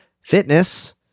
fitness